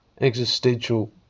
existential